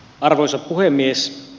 arvoisa puhemies